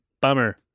Bummer